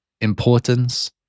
importance